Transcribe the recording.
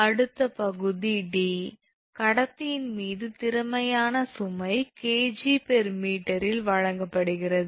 அடுத்த பகுதி d கடத்தியின் மீது திறமையான சுமை 𝐾𝑔𝑚 இல் வழங்கப்படுகிறது